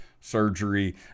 surgery